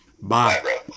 Bye